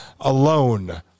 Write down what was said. alone